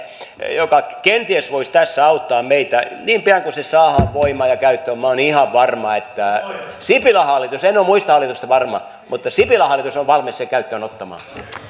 joka kenties voisi tässä auttaa meitä niin pian kuin se saadaan voimaan ja käyttöön minä olen ihan varma että sipilän hallitus en ole muista hallituksista varma mutta sipilän hallitus on valmis sen käyttöön ottamaan